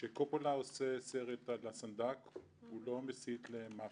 כשקופול עושה סרט על הסנדק, הוא לא מסית למאפיה.